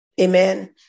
amen